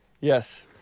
Yes